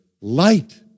Light